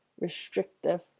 restrictive